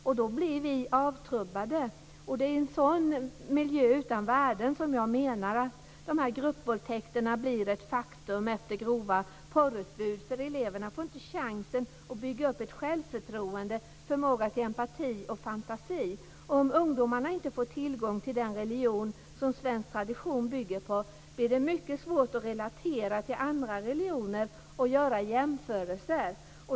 Då blir vi avtrubbade. Det är i en sådan miljö, i en miljö utan värden, som jag menar att gruppvåldtäkterna blir ett faktum till följd av det grova porrutbudet. Eleverna får inte chansen att bygga upp ett självförtroende och en förmåga till empati och fantasi. Om ungdomarna inte får tillgång till den religion som svensk tradition bygger på blir det mycket svårt att relatera till andra religioner och att göra jämförelser.